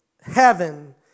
heaven